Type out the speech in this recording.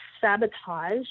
sabotage